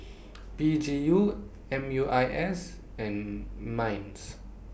P G U M U I S and Minds